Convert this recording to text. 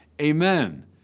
Amen